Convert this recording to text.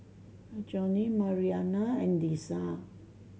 Johny Mariana and Lesia